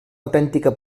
autèntica